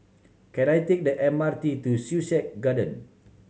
can I take the M R T to Sussex Garden